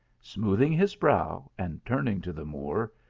smoothing his brow and turning to the moor,